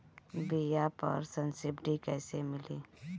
बीया पर सब्सिडी कैसे मिली?